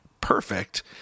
perfect